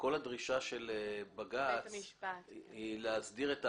כל הדרישה של בג"ץ היא להסדיר את האכיפה,